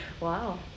Wow